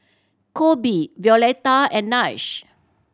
Coby Violeta and Nash